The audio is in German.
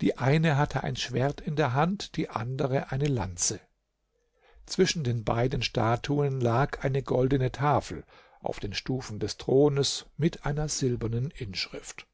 die eine hatte ein schwert in der hand die andere eine lanze zwischen den beiden statuen lag eine goldene tafel auf den stufen des thrones mit einer silbernen inschrift